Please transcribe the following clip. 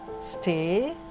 Stay